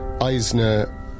Eisner